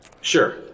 Sure